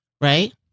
right